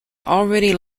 already